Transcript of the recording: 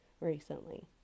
recently